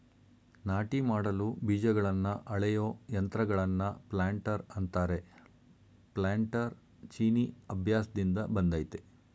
ನಾಟಿ ಮಾಡಲು ಬೀಜಗಳನ್ನ ಅಳೆಯೋ ಯಂತ್ರಗಳನ್ನ ಪ್ಲಾಂಟರ್ ಅಂತಾರೆ ಪ್ಲಾನ್ಟರ್ ಚೀನೀ ಅಭ್ಯಾಸ್ದಿಂದ ಬಂದಯ್ತೆ